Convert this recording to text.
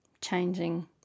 changing